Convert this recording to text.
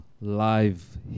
Live